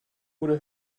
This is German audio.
oder